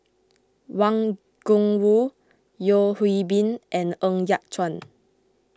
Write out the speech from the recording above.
Wang Gungwu Yeo Hwee Bin and Ng Yat Chuan